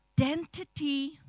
identity